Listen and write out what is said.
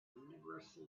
universal